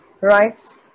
right